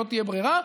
לא תהיה ברירה,